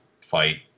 fight